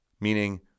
meaning